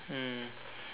mm